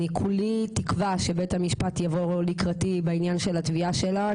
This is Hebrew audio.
אני כולי תקווה שבית המשפט יבוא לקראתי בעניין של התביעה שלה,